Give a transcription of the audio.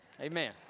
Amen